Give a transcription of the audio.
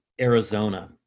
Arizona